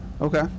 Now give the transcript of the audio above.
Okay